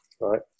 right